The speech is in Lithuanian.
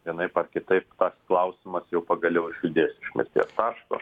vienaip ar kitaip tas klausimas jau pagaliau išjudės iš mirties taško